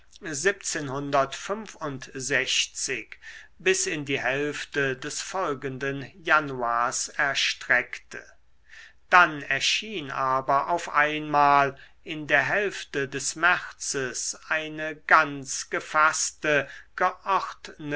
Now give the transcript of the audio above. bis in die hälfte des folgenden januars erstreckte dann erschien aber auf einmal in der hälfte des märzes eine ganz gefaßte